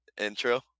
Intro